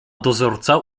dozorca